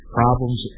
problems